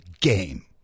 game